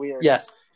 Yes